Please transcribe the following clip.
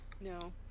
No